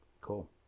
Cool